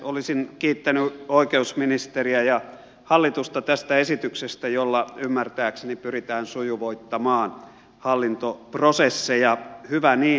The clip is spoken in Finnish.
olisin kiittänyt oikeusministeriä ja hallitusta tästä esityksestä jolla ymmärtääkseni pyritään sujuvoittamaan hallintoprosesseja hyvä niin